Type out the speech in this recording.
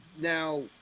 Now